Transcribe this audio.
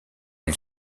ils